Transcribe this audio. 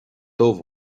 dubh